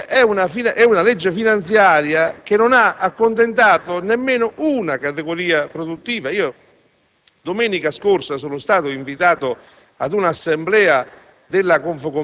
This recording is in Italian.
è un provvedimento che non ha accontentato nemmeno una categoria produttiva. Domenica scorsa, sono stato invitato ad un'assemblea